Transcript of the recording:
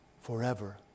forever